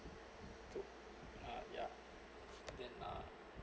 to uh ya then uh